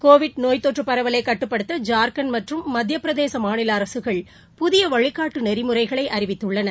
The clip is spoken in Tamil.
கோவிட் நோய் தொற்றுபரவலைகட்டுப்படுத்த ஜாா்க்கண்ட் மற்றும் மத்தியபிரதேசமாநிலஅரசகள் புதியவழிகாட்டுநெறிமுறைகளைஅறிவித்துள்ளது